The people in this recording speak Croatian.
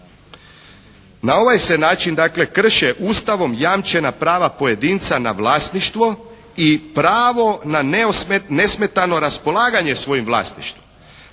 Na ovaj se način dakle krše Ustavom jamčena prava pojedinca na vlasništvo i pravo na nesmetano raspolaganje svojim vlasništvom.